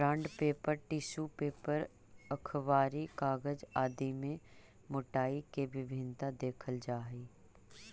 bond paper, tissue paper, अखबारी कागज आदि में मोटाई के भिन्नता देखल जा हई